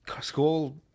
school